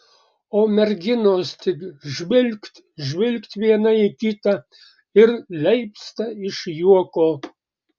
o merginos tik žvilgt žvilgt viena į kitą ir leipsta iš juoko